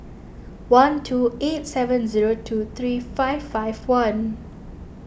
one two eight seven zero two three five five one